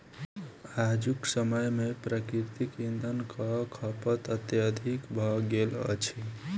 आजुक समय मे प्राकृतिक इंधनक खपत अत्यधिक भ गेल अछि